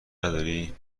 نداری